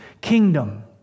kingdom